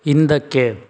ಹಿಂದಕ್ಕೆ